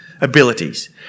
abilities